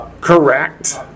Correct